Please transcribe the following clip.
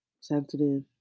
sensitive